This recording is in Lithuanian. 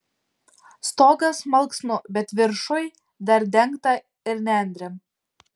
stogas malksnų bet viršuj dar dengta ir nendrėm